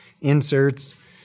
inserts